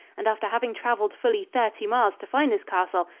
and after having traveled fully thirty miles to find this castle,